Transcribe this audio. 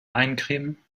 eincremen